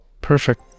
Perfect